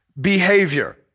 behavior